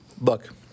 Look